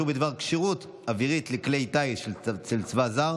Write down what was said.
(אישור בדבר כשירות אווירית לכלי טיס של צבא זר),